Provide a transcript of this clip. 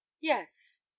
yes